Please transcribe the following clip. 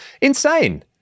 Insane